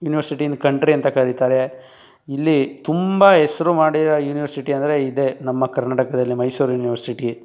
university in country ಅಂತ ಕರೀತಾರೆ ಇಲ್ಲಿ ತುಂಬ ಹೆಸ್ರು ಮಾಡಿರೋ ಯೂನಿವರ್ಸಿಟಿ ಅಂದರೆ ಇದೇ ನಮ್ಮ ಕರ್ನಾಟಕದಲ್ಲಿ ಮೈಸೂರು ಯೂನಿವರ್ಸಿಟಿ